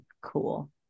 cool